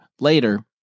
later